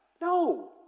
No